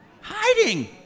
Hiding